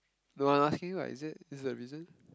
no one I feel like is it is a reason